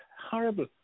horrible